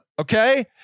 Okay